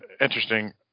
interesting